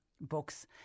books